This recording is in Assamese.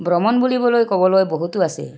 ভ্ৰমণ বুলিবলৈ ক'বলৈ বহুতো আছে